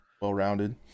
well-rounded